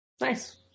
nice